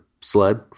sled